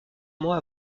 mois